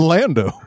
Lando